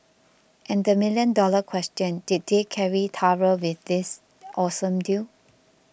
and the million dollar question did they carry through with this awesome deal